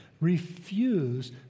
Refuse